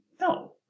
no